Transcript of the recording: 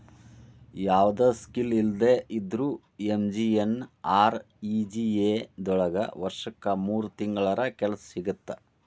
ಯಾವ್ದು ಸ್ಕಿಲ್ ಇಲ್ದೆ ಇದ್ರೂ ಎಂ.ಜಿ.ಎನ್.ಆರ್.ಇ.ಜಿ.ಎ ದೊಳಗ ವರ್ಷಕ್ ಮೂರ್ ತಿಂಗಳರ ಕೆಲ್ಸ ಸಿಗತ್ತ